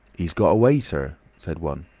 he's got away, sir, said one.